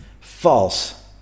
False